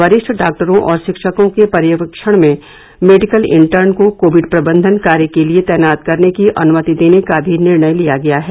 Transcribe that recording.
वरिष्ठ डॉक्टरों और शिक्षकों के पर्यवेक्षण में मेडिकल इंटर्न को कोविड प्रबंधन कार्य के लिए तैनात करने की अनुमति देने का भी निर्णय लिया गया है